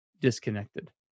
disconnected